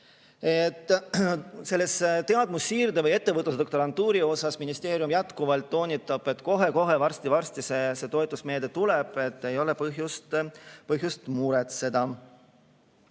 sätestada. Teadmussiirde või ettevõtlusdoktorantuuri koha pealt ministeerium jätkuvalt toonitab, et kohe-kohe, varsti-varsti see toetusmeede tuleb, ei ole põhjust muretseda.